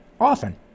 often